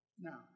Now